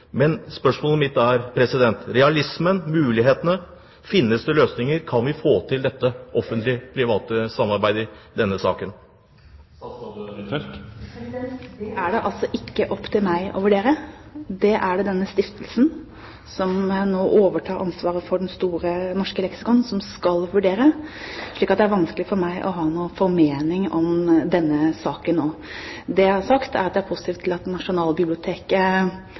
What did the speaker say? Spørsmålet mitt er: Hva med realismen, mulighetene? Finnes det løsninger? Kan vi få til dette offentlig-private samarbeidet i denne saken? Det er det altså ikke opp til meg å vurdere. Det er det denne stiftelsen som nå overtar ansvaret for Store norske leksikon, som skal vurdere. Det er derfor vanskelig for meg å ha noen formening om denne saken nå. Det jeg har sagt, er at jeg er positiv til at